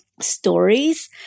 stories